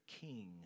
king